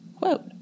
Quote